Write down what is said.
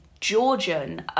Georgian